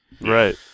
Right